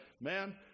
man